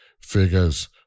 figures